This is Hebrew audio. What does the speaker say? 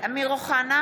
אמיר אוחנה,